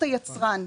היצרן.